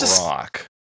rock